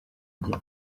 gihe